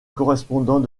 correspondant